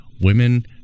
Women